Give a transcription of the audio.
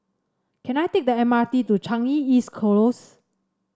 can I take the M R T to Changi East Close